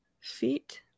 Feet